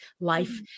life